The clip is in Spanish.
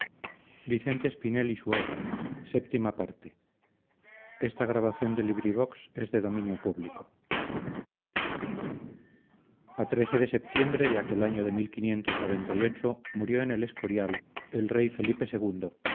de septiembre de aquel año de murió en el escorial el rey felipe